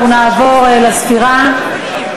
אנחנו נעבור לספירה.